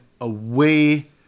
away